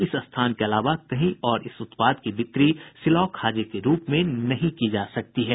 इस स्थान के अलावा कहीं और इस उत्पाद की बिक्री सिलाव खाजे के रूप में नहीं की जा सकती है